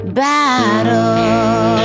battle